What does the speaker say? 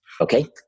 okay